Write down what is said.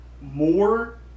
more